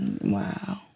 Wow